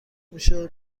میشه